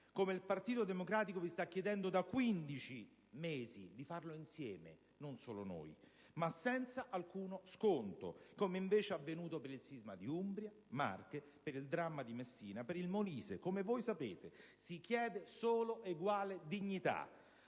come il Partito Democratico vi sta chiedendo da 15 mesi, di farlo insieme, non solo noi - ma senza alcuno sconto, come invece è avvenuto per i terremoti di Umbria, Marche e Molise e per il dramma di Messina, come voi sapete. Si chiede solo, eguale dignità,